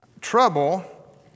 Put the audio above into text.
Trouble